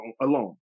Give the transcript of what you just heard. alone